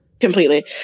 completely